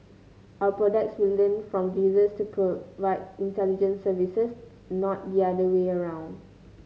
our products will learn from to provide intelligent services not the other way around